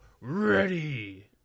ready